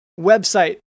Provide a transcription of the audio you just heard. website